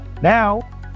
Now